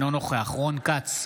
אינו נוכח רון כץ,